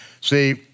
See